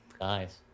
Nice